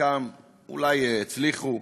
וחלקן אולי הצליחו.